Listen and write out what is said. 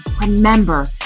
remember